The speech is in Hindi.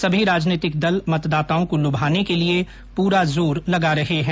सभी राजनैतिक दल मतदाताओं को लुभाने के लिए पूरा जोर लगा रहे है